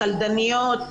קלדניות,